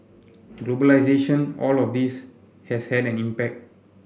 globalisation all of this has had an impact